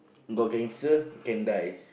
got cancer can die